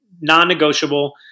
non-negotiable